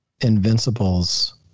Invincible's